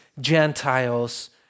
Gentiles